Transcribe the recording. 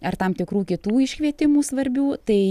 ar tam tikrų kitų iškvietimų svarbių tai